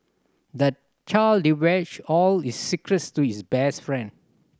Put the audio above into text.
the child divulged all his secrets to his best friend